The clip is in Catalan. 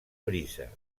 brisa